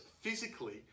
physically